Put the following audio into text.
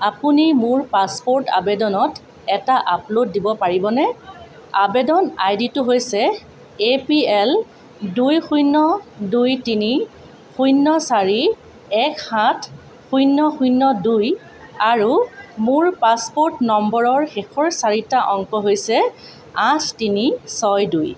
আপুনি মোৰ পাছপ'ৰ্ট আবেদনত এটা আপলোড দিব পাৰিবনে আৱেদন আইডিটো হৈছে এ পি এল দুই শূণ্য দুই তিনি শূন্য চাৰি এক সাত শূণ্য শূণ্য দুই আৰু মোৰ পাছপ'ৰ্ট নম্বৰৰ শেষৰ চাৰিটা অংক হৈছে আঠ তিনি ছয় দুই